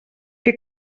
que